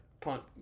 punt